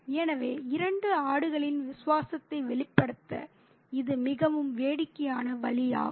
எனவே இரண்டு ஆடுகளின் விசுவாசத்தை வெளிப்படுத்த இது மிகவும் வேடிக்கையான வழியாகும்